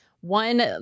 One